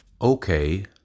Okay